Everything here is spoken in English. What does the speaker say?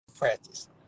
practice